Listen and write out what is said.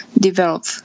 develop